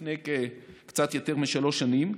לפני קצת יותר משלוש שנים,